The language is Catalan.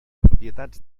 propietats